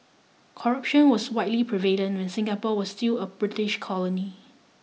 corruption was widely prevalent when Singapore was still a British colony